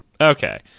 Okay